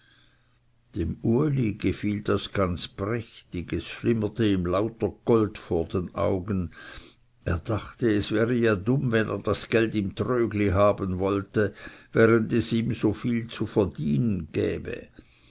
dem uli gefiel das ganz prächtiges flimmerte ihm lauter gold vor den augen er dachte es wäre ja dumm wenn er das geld im trögli haben wollte während es ihm so viel verdienen